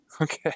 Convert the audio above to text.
Okay